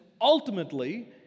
ultimately